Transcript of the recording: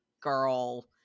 girl